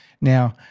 Now